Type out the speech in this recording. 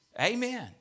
Amen